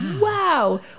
Wow